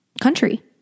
country